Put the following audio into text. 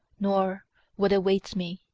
nor what awaits me.